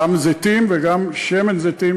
גם זיתים וגם שמן זיתים,